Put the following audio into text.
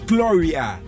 Gloria